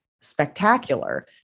spectacular